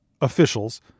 officials